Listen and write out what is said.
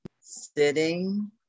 sitting